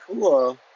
Cool